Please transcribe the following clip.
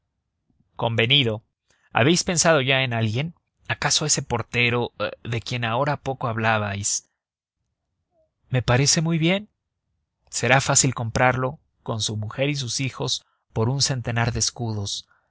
convenido habéis pensado ya en alguien acaso ese portero de quien ahora poco hablabais me parece muy bien será fácil comprarlo con su mujer y sus hijos por un centenar de escudos